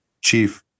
chief